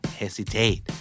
hesitate